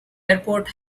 airport